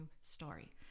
story